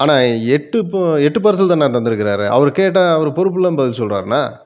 ஆனால் எட்டு பு எட்டு பார்சல் தாண்ணா தந்திருக்காரு அவர் கேட்டால் அவர் பொறுப்பு இல்லாமல் பதில் சொல்கிறாருண்ணா